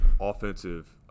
offensive